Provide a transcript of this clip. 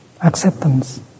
acceptance